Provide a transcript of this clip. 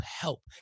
help